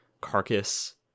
carcass